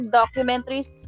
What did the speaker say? documentaries